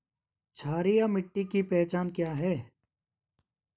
क्षारीय मिट्टी की पहचान क्या है?